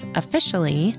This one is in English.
officially